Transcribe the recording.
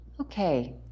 Okay